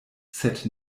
sed